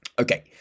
Okay